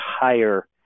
higher